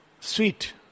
sweet